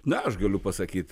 na aš galiu pasakyt